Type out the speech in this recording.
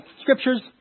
scriptures